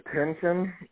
attention